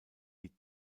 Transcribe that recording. die